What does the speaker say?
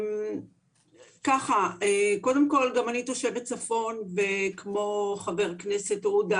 גם אני תושבת צפון כמו חבר הכנסת עודה,